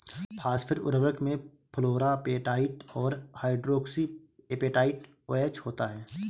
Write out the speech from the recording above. phosphate उर्वरक में fluorapatite और हाइड्रोक्सी एपेटाइट ओएच होता है